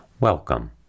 Welcome